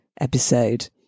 episode